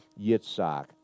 Yitzhak